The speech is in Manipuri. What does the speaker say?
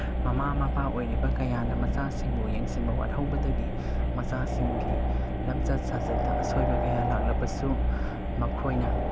ꯃꯃꯥ ꯃꯄꯥ ꯑꯣꯏꯔꯤꯕ ꯀꯌꯥꯅ ꯃꯆꯥꯁꯤꯡꯕꯨ ꯌꯦꯡꯁꯤꯟꯕ ꯋꯥꯠꯍꯧꯕꯗꯒꯤ ꯃꯆꯥꯁꯤꯡꯒꯤ ꯂꯝꯆꯠ ꯁꯥꯖꯠꯇ ꯑꯁꯣꯏꯕ ꯀꯌꯥ ꯂꯥꯛꯂꯕꯁꯨ ꯃꯈꯣꯏꯅ